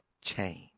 change